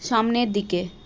সামনের দিকে